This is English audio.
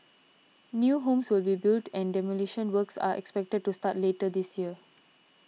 new homes will be built and demolition works are expected to start later this year